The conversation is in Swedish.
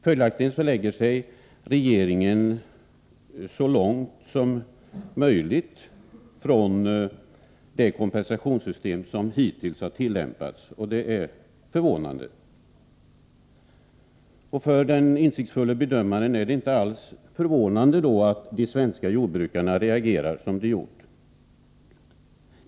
Följaktligen lägger sig regeringen så långt som möjligt från det kompensationssystem som hittills har tillämpats, och det är anmärkningsvärt. För den insiktsfulle bedömaren än det mot den bakgrunden inte alls förvånande att de svenska jordbrukarna reagerat som de gjort.